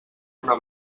una